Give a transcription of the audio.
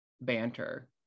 banter